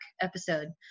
episode